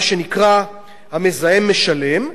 של מה שנקרא "המזהם משלם",